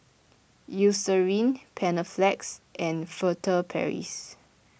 Eucerin Panaflex and Furtere Paris